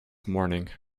morning